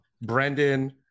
Brendan